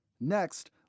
Next